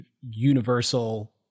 universal